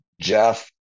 Jeff